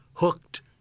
hooked